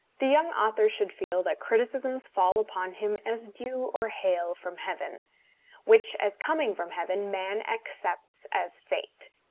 the young author should feel that criticisms fall upon him as dew or hail from heaven which, as coming from heaven, man accepts as fate.